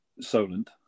Solent